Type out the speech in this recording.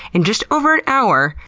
and just over an hour,